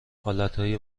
حالتهای